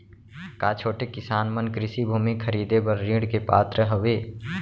का छोटे किसान मन कृषि भूमि खरीदे बर ऋण के पात्र हवे?